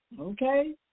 Okay